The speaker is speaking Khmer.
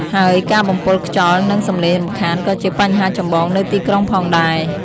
ហើយការបំពុលខ្យល់ និងសំឡេងរំខានក៏ជាបញ្ហាចម្បងនៅទីក្រុងផងដែរ។